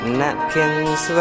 napkins